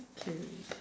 okay